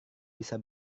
bisa